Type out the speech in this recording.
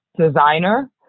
designer